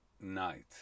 night